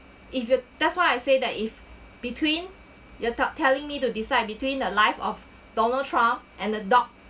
if you that's why I say that if between you're top telling me to decide between the life of donald trump and the dog